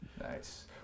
Nice